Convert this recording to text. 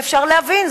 אפשר להבין.